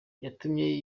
yatumye